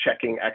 checking